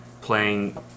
playing